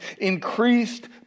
increased